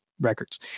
records